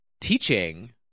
teaching